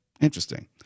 Interesting